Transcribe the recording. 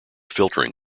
filtering